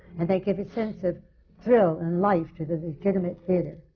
and they give a sense of thrill and life to the legitimate theatre.